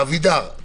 אבידר,